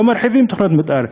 לא מרחיבים תוכניות מתאר.